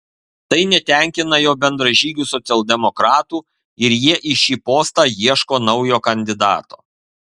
tai netenkina jo bendražygių socialdemokratų ir jie į šį postą ieško naujo kandidato